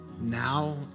now